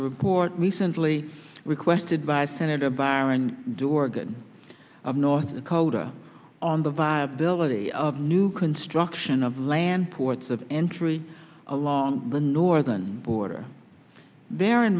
report recently requested by senator byron dorgan of north dakota on the viability of new construction of land ports of entry along the northern border there in